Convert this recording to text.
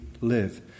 live